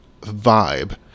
vibe